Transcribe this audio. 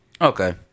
okay